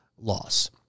loss